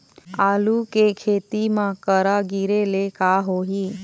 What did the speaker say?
आलू के खेती म करा गिरेले का होही?